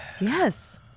Yes